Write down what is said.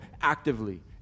actively